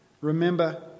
Remember